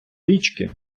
річки